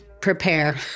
prepare